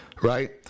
right